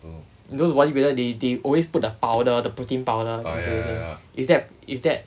those bodybuilder they they always put the powder the protein powder into the is that is that